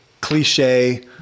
cliche